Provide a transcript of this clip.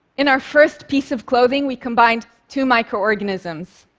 in our first piece of clothing, we combined two microorganisms.